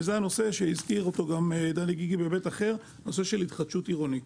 וזה מה שהזכיר גם דני גיגי בהיבט אחר נושא של התחדשות עירונית.